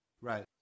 Right